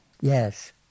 Yes